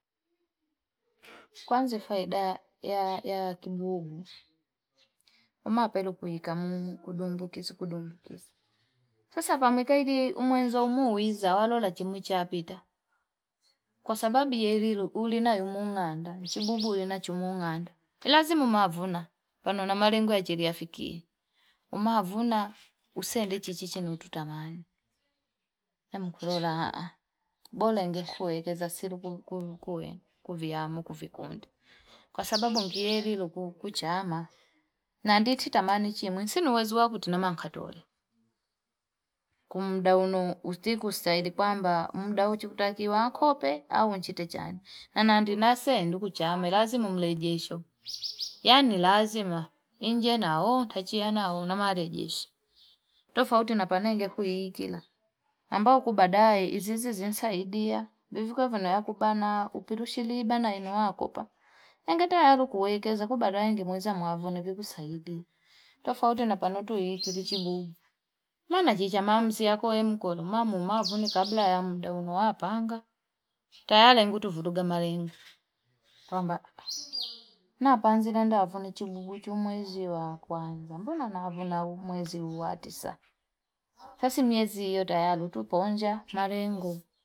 Kwanzi fayda ya- ya ya kibubu. Umapelo kuhika mumu, kudumbu kisi, kudumbu kisi. Sasa pamikaidi umuenzo umu uiza, walola chimu ichi hapita. Kwa sababi yelilu ulinayu munganda, nchibubu ulinachumunganda. Ilazimu maavuna, panu na marengu ya jiriafiki. Umaavuna usende chichichini ututamani ankulola ah ah bora ekueleza silikukuye kuviyambu kuvikundi. Kwa sababu mkielilu kuchama, nandititamani chimu. Nsinuwezuwa kutinamangatole. Kumudaunu ustiku ustahidi kwa mba. Umudauchi kutakii wangope, awunchite chani. Nandinasendu kuchama, ilazimu mlejiesho. Yanilazima, inje nao, tachie nao, na mlejiesho. Tufaa utinapana yike kwe yikila. Mba ukubadae, inziziza tsaidia, wifuye veno yoko bana. Upirunchwili bana inuakopa. Mkiretare ukuwekeza kabadha yikimuiza maavuna kikusaidia. Tufaa utinapanatu yike chibuwu. Mwana jijamanzi yako mko nomu maavuni kablo yamuenda unopaanga. Tarenga ngutufuduga maringu. Na panzi nganda avu ni chibu guchu umwezi wa kwanza. Mbona na avu na umwezi uwatisa? Tasi miyezi yoda ya luto ponja, narengu.